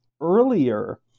earlier